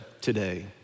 today